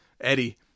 Eddie